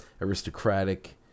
aristocratic